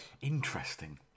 Interesting